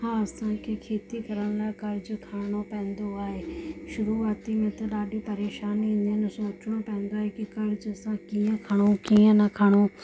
हा असांखे खेती करण लाइ क़र्ज़ु खणिणो पवंदो आहे शुरूआति में त ॾाढी परेशानी ईंदियूं आहिनि सोचिणो पवंदो आहे की क़र्ज़ु असां कीअं खणूं कीअं न खणूं